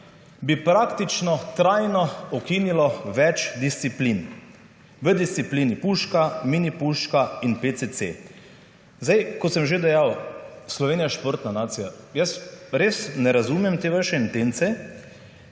bi praktično trajno ukinilo več disciplin, v disciplin puška, mini puška in PCC. Zdaj, kot sem že dejal, Slovenija je športna nacija. Jaz res ne razumem te vaše intence,